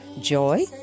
joy